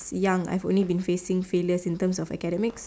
young I have only been facing failure in term of academics